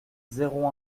zéro